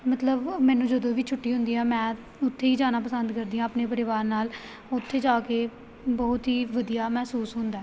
ਮਤਲਬ ਮੈਨੂੰ ਜਦੋਂ ਵੀ ਛੁੱਟੀ ਹੁੰਦੀ ਆ ਮੈਂ ਉੱਥੇ ਹੀ ਜਾਣਾ ਪਸੰਦ ਕਰਦੀ ਆ ਆਪਣੇ ਪਰਿਵਾਰ ਨਾਲ ਉੱਥੇ ਜਾ ਕੇ ਬਹੁਤ ਹੀ ਵਧੀਆ ਮਹਿਸੂਸ ਹੁੰਦਾ